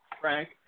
Frank